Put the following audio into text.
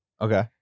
Okay